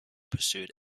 pursued